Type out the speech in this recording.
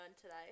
today